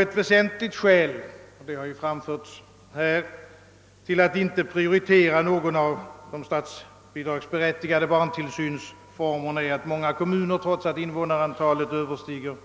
Ett väsentligt skäl — det har redan framförts här — till att inte prioritera någon av de statsbidragsberättigade barntillsynsformerna är att många kommuner, trots att invånarantalet överstiger